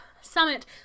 Summit